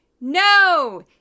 No